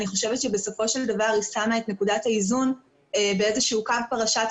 אני חושבת שבסופו של דבר היא שמה את נקודת האיזון באיזשהו קו פרשת